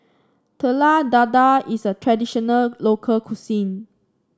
Telur Dadah is a traditional local cuisine